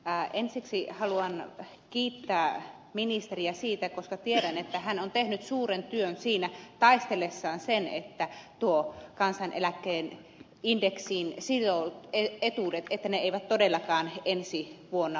ensiksi haluan kiittää ministeriä siitä koska tiedän että hän on tehnyt suuren työn siinä taistellessaan että kansaneläkkeen indeksiin sidotut etuudet eivät todellakaan ensi vuonna laske